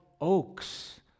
oaks